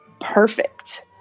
perfect